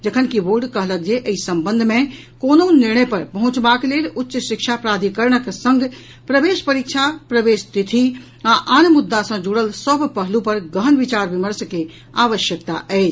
जखनकि बोर्ड कहलक जे एहि संबंध मे कोनो निर्णय पर पहुंचबाक लेल उच्च शिक्षा प्राधिकरणक संग प्रवेश परीक्षा प्रवेश तिथि आ आन मुद्दा सॅ जुड़ल सभ पहलू पर गहन विचार विमर्श के आवश्यकता अछि